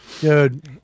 dude